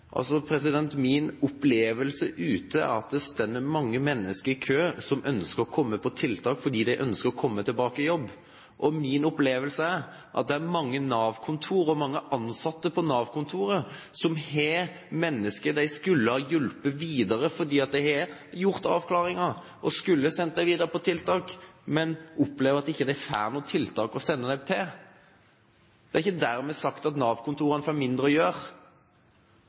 Min opplevelse ute er at det står mange mennesker i kø som ønsker å komme på tiltak fordi de ønsker å komme tilbake i jobb. Min opplevelse er at det er mange ansatte på Nav-kontorene som har mennesker de skulle ha hjulpet videre fordi de har gjort avklaringer. De skulle ha sendt dem videre på tiltak, men opplever at de ikke har noen tiltak å sende dem til. Det er ikke dermed sagt at Nav-kontorene får mindre å gjøre.